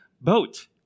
boat